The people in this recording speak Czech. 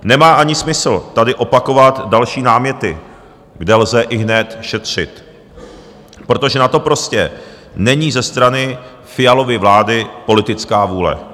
Nemá ani smysl tady opakovat další náměty, kde lze ihned šetřit, protože na to prostě není ze strany Fialovy vlády politická vůle.